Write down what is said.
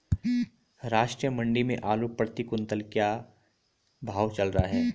राष्ट्रीय मंडी में आलू प्रति कुन्तल का क्या भाव चल रहा है?